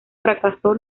fracasó